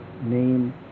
Name